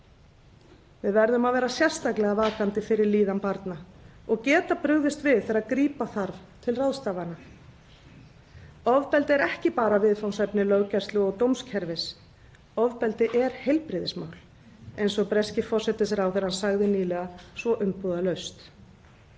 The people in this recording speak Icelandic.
Við verðum að vera sérstaklega vakandi fyrir líðan barna og geta brugðist við þegar grípa þarf til ráðstafana. Ofbeldi er ekki bara viðfangsefni löggæslu og dómskerfis – ofbeldi er heilbrigðismál, eins og breski forsætisráðherrann sagði nýlega svo umbúðalaust.